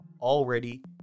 already